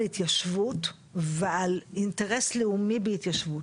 התיישבות ועל אינטרס לאומי בהתיישבות.